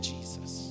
Jesus